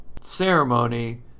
ceremony